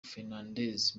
fernandes